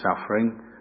suffering